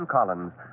Collins